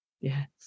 Yes